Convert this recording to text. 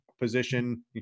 position